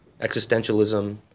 Existentialism